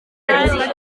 ati